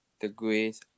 degrees